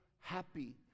happy